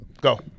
Go